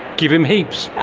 give him heaps!